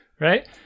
right